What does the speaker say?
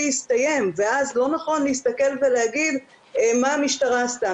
הסתיים ואז לא נכון להסתכל ולהגיד מה המשטרה עשתה.